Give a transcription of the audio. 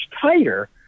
tighter